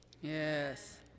Yes